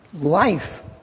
life